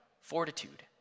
fortitude